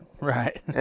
Right